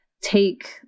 take